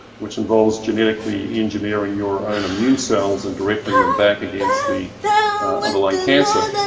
which involves genetically engineering your own immune cells and directing them back against the underlying cancer.